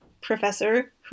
Professor